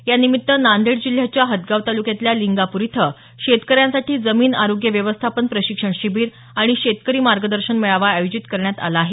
यानिमित्त नांदेड जिल्ह्याच्या हदगाव तालुक्यातल्या लिंगापूर इथं शेतकऱ्यांसाठी जमीन आरोग्य व्यवस्थापन प्रशिक्षण शिबीर आणि शेतकरी मार्गदर्शन मेळावा आयोजित करण्यात आला आहे